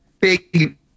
big